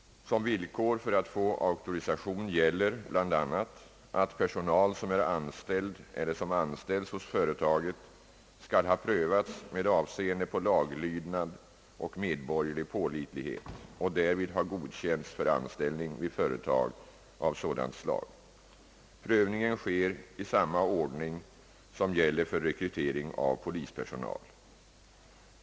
Som villkor för att få auktorisation gäller bl.a. att personal som är anställd eller som anställs hos företaget skall ha prövats med avseende på laglydnad och medborgerlig pålitlighet och därvid ha godkänts för anställning vid företag av sådant slag. Prövningen sker i samma ordning som gäller för rekrytering av polispersonal.